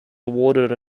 awarded